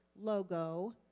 logo